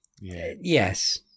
Yes